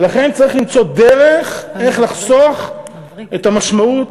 ולכן צריך למצוא דרך איך לחסוך את המשמעות